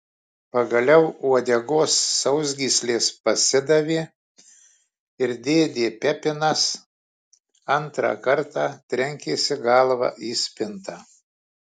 pagaliau uodegos sausgyslės pasidavė ir dėdė pepinas antrą kartą trenkėsi galva į spintą